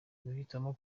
guhitamo